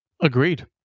Agreed